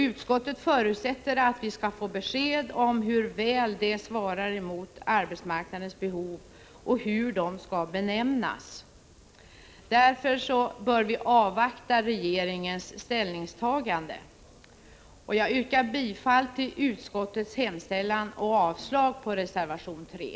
Utskottet förutsätter att vi skall få besked om hur dessa svarar mot arbetsmarknadens behov och hur de skall benämnas. Därför bör vi avvakta regeringens ställningstagande. Jag yrkar bifall till utskottets hemställan och avslag på reservation 3.